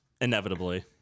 Inevitably